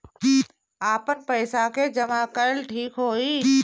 आपन पईसा के जमा कईल ठीक होई?